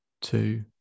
two